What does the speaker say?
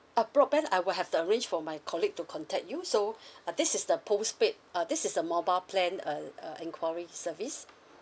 uh broadband I will have to arrange for my colleague to contact you so uh this is the postpaid uh this is the mobile plan uh uh enquiry service